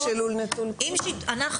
יש כאן הגדרה.